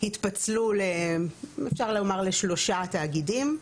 התפצלו אפשר לומר לשלושה תאגידים.